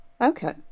Okay